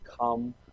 come